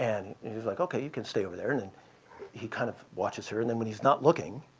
and he's like, ok, you can stay over there. and and he kind of watches her. and then when he's not looking,